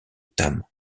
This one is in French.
tam